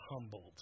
humbled